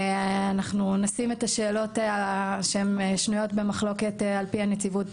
אנחנו נשים את השאלות שהן שנויות במחלוקת על פי הנציבות,